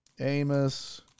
Amos